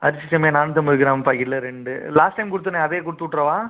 அரிசி சேமியா நானூற்றைம்பது கிராம் பாக்கெட்டில் ரெண்டு லாஸ்ட் டைம் கொடுத்தனே அதே கொடுத்து விட்றவா